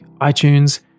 iTunes